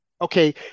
okay